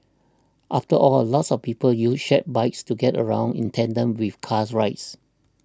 after all lots of people use shared bikes to get around in tandem with cars rides